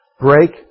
Break